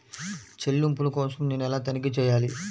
చెల్లింపుల కోసం నేను ఎలా తనిఖీ చేయాలి?